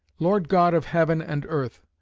lord god of heaven and earth,